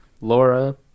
Laura